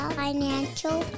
financial